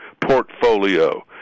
portfolio